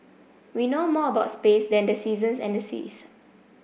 we know more about space than the seasons and the seas